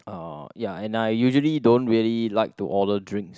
uh ya and I usually don't really like to order drinks